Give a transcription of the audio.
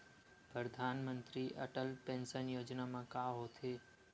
परधानमंतरी अटल पेंशन योजना मा का होथे?